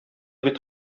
бит